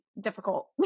difficult